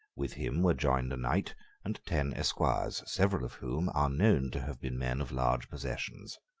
with him were joined a knight and ten esquires, several of whom are known to have been men of large possessions.